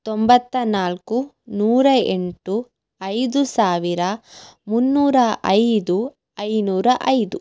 ತೊಂಬತ್ತ ನಾಲ್ಕು ನೂರ ಎಂಟು ಐದು ಸಾವಿರ ಮುನ್ನೂರ ಐದು ಐನೂರ ಐದು